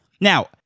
Now